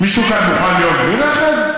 מישהו כאן מוכן להיות בלי רכב?